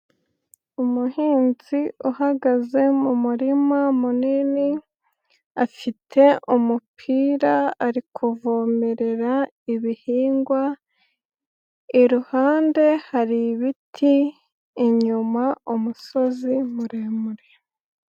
Umuhinzi uhagaze mu murima munini afite umupira ari kuvomerera ibihingwa, iruhande hari ibiti, inyuma umusozi muremure.